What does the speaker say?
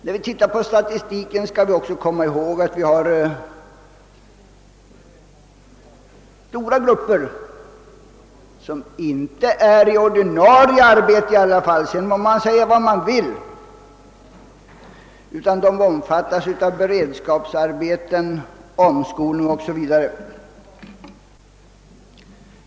När man ser på statistiken skall man också komma ihåg att det finns stora grupper som inte är i ordinarie arbete — sedan må det uttryckas hur som helst — utan som omfattas av beredskapsarbeten, omskolning o. s. v.